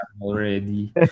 already